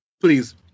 Please